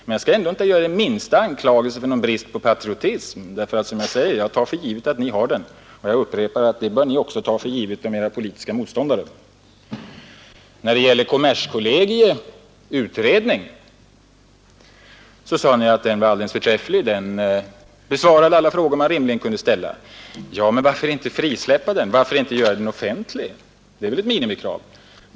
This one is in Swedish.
Men jag skall ändå inte rikta den minsta anklagelse mot Er för bristande patriotism. Jag tar som sagt för givet att Ni har den. Och jag upprepar att Ni också bör ta samma sak för givet om Era politiska motståndare. När det sedan gäller kommerskollegii utredning sade Ni att den var alldeles förträfflig. Den besvarade alla frågor som det var rimligt att ställa. Ja, men varför då inte frisläppa den och göra den offentlig? Det är väl ett minimikrav.